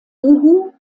uhu